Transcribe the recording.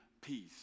peace